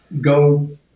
go